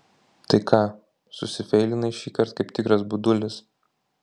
tai ką susifeilinai šįkart kaip tikras budulis